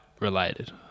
related